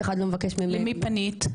למי פנית?